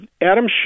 Adam